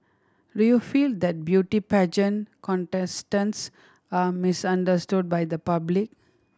do you feel that beauty pageant contestants are misunderstood by the public